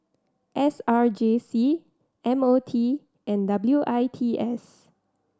S R J C M O T and W I T S